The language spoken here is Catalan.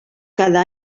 cada